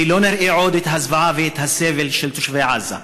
ולא נראה עוד את הזוועה ואת הסבל של תושבי עזה.